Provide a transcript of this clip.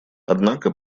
однако